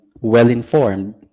well-informed